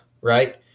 right